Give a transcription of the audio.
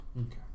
Okay